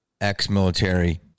ex-military